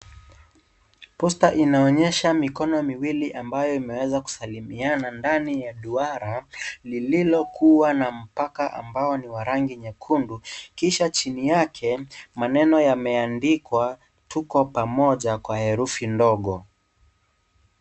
Posta inaonyesha mikono miwili ambayo imeweza kusalimiana ndani ya duara lililokuwa na mpaka ambao ni wa rangi nyekundu kisha chini yake, maneno yameandikwa "Tuko pamoja" kwa herufi ndogo.